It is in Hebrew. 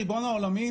ריבון העולמים,